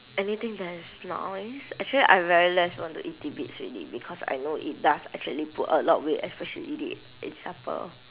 anything that's not oil actually I very less want to eat tidbits already because I know it does actually put a lot weight especially eat it in supper